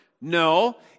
No